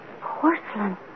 Porcelain